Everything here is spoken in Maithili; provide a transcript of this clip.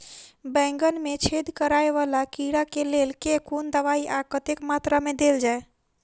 बैंगन मे छेद कराए वला कीड़ा केँ लेल केँ कुन दवाई आ कतेक मात्रा मे देल जाए?